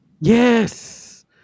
Yes